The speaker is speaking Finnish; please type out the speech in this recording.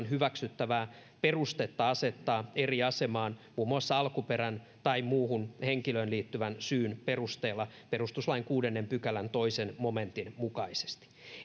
hyväksyttävää perustetta asettaa eri asemaan muun muassa alkuperän tai muun henkilöön liittyvän syyn perusteella perustuslain kuudennen pykälän toisen momentin mukaisesti